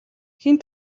хэн